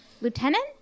Lieutenant